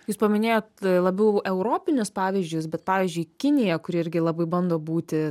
jūs paminėjot labiau europinius pavyzdžius bet pavyzdžiui kinija kuri irgi labai bando būti